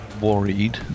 worried